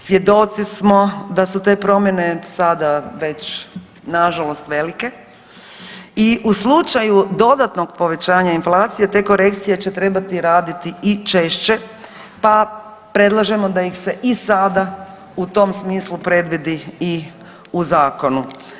Svjedoci smo da su te promjene sada već nažalost velike i u slučaju dodatnog povećanja inflacije te će korekcije će trebati raditi i češće pa predlažemo da ih se i sada u tom smislu predvidi i u zakonu.